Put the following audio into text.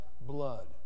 blood